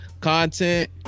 content